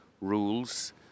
rules